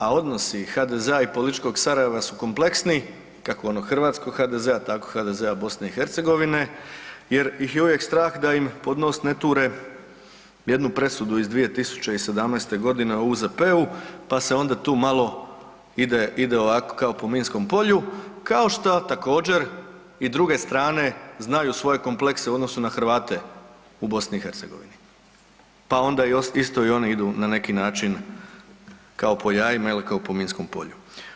A odnosi HDZ-a i političkog Sarajeva su kompleksni, kako onog hrvatskog HDZ-a, tako i HDZ-a Bosne i Hercegovine jer ih je uvijek strah da im pod nos ne ture jednu presudu iz 2017. godine o UZPU pa se onda tu malo ide, ide ovako kao po minskom polju kao šta također i druge strane znaju svoje komplekse u odnosu na Hrvate u BiH pa onda isto i oni idu na neki način kao po jajima ili kao po minskom polju.